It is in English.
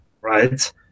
right